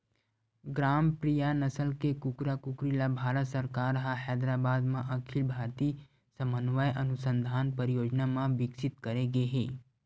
ग्रामप्रिया नसल के कुकरा कुकरी ल भारत सरकार ह हैदराबाद म अखिल भारतीय समन्वय अनुसंधान परियोजना म बिकसित करे गे हे